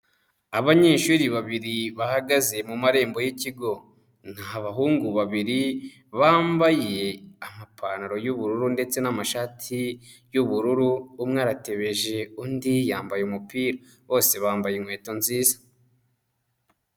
Abanyeshuri babiri bahagaze mu marembo y'ikigo, ni bahungu babiri bambaye amapantaro y'ubururu ndetse n'amashati y'ubururu, umwe aratebeje undi yambaye umupira, bose bambaye inkweto nziza.